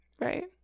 right